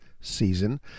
season